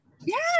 yes